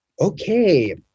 okay